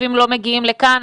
הצווים לא מגיעים לכאן.